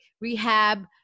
rehab